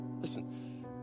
listen